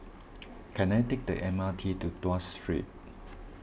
can I take the M R T to Tuas Street